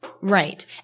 Right